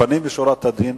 לפנים משורת הדין,